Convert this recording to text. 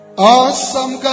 Awesome